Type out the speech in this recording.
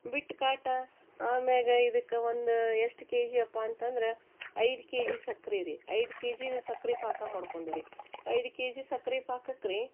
ಬಿಟ್ಟು ಕಾಟಾ ಆಮ್ಯಾಲ ಇದಕ್ಕ ಒಂದು ಎಷ್ಟು ಕೆಜಿಯಪ್ಪ ಅಂತಂದ್ರೆ ಐದು ಕೆಜಿ ಸಕ್ರೆ ರೀ ಐದು ಕೆಜಿಯದು ಸಕ್ರೆ ಪಾಕ ಮಾಡಿಕೊಂಡು ರೀ ಐದು ಕೆಜಿ ಸಕ್ರೆ ಪಾಕಕ್ಕೆ ರೀ